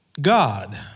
God